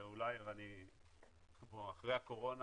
ואולי אחרי הקורונה,